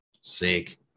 sick